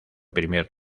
primer